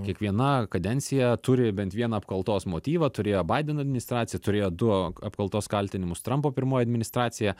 kiekviena kadencija turi bent vieną apkaltos motyvą turėjo baideno administracija turėjo du apkaltos kaltinimus trampo pirmoji administracija